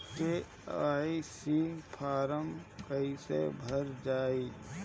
KYC form कइसे भरल जाइ?